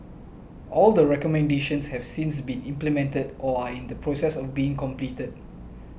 all the recommendations have since been implemented or are in the process of being completed